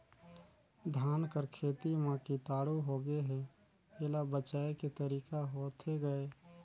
धान कर खेती म कीटाणु होगे हे एला बचाय के तरीका होथे गए?